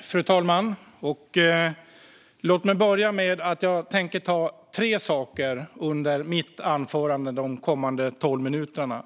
Fru talman! Låt mig börja med att säga att jag tänker ta upp tre saker under mitt anförande de kommande tolv minuterna.